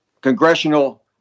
congressional